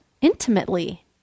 intimately